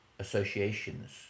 associations